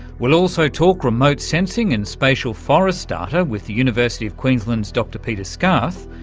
we'll also talk remote sensing and spatial forest data with the university of queensland's dr peter scarth.